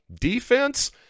defense